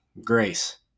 grace